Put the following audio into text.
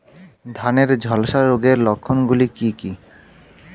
ধানের ঝলসা রোগের লক্ষণগুলি কি কি?